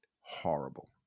horrible